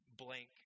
blank